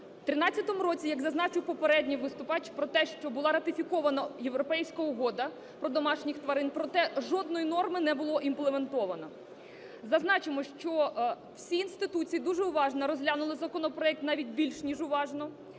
В 2013 році, як зазначив попередній виступаючий про те, що була ратифікована європейська Угода про домашніх тварин, проте жодної норми не було імплементовано. Зазначимо, що всі інституції дуже уважно розглянули законопроект, навіть більш ніж уважно.